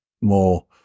more